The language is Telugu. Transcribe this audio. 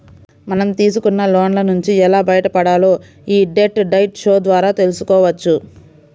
మనం తీసుకున్న లోన్ల నుంచి ఎలా బయటపడాలో యీ డెట్ డైట్ షో ద్వారా తెల్సుకోవచ్చు